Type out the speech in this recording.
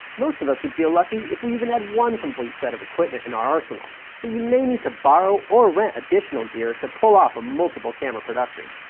most of us would feel lucky if we even had one complete set of equipment in our arsenal, so you may need to borrow or rent additional gear to pull off a multiple camera production.